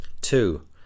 two